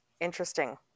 Interesting